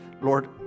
Lord